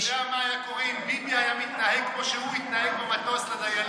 אתה יודע מה היה קורה אם ביבי היה מתנהג כמו שהוא התנהג במטוס לדיילים?